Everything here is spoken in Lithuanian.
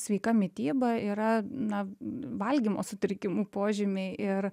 sveika mityba yra na valgymo sutrikimų požymiai ir